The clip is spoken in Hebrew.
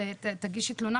תגישי תלונה,